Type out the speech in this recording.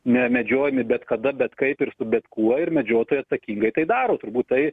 nemedžiojami bet kada bet kaip ir su bet kuo ir medžiotojai atsakingai tai daro turbūt tai